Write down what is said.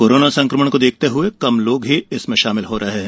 corona संक्रमण को देखते हुए कम लोग ही इसमें षामिल हो रहे हैं